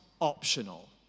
optional